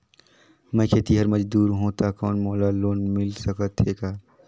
मैं खेतिहर मजदूर हों ता कौन मोला लोन मिल सकत हे का?